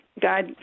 God